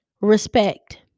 respect